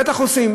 בטח עושים,